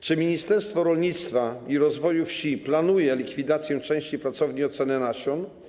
Czy Ministerstwo Rolnictwa i Rozwoju Wsi planuje likwidację części pracowni oceny nasion?